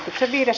asia